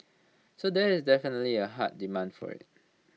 so there is definitely A hard demand for IT